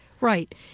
Right